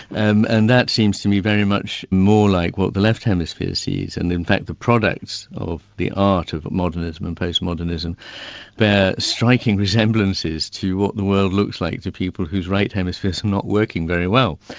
and and that seems to be very much more like what the left hemisphere sees, and in fact the products of the art of modernism and postmodernism bear striking resemblances to what the world looks like to people whose right hemisphere is and not working very well.